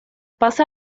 pasa